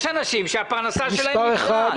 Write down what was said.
יש אנשים שהפרנסה שלהם נפגעת.